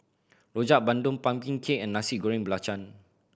Rojak Bandung pumpkin cake and Nasi Goreng Belacan